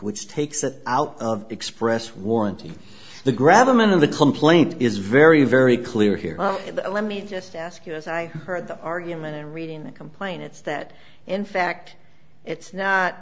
which takes it out of express warranty the grab them and of the complaint is very very clear here let me just ask you this i heard the argument i'm reading that complain it's that in fact it's not